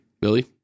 Billy